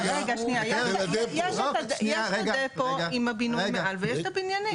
יש את הדפו עם הבינוי מעל ויש את הבניינים.